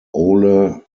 ole